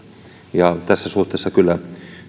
tässä suhteessa kyllä